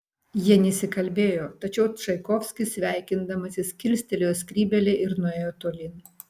jie nesikalbėjo tačiau čaikovskis sveikindamasis kilstelėjo skrybėlę ir nuėjo tolyn